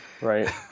Right